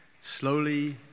slowly